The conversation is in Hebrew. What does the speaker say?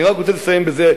אני רק רוצה לסיים בזה,